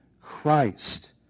Christ